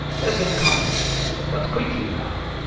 let them come in but quickly now.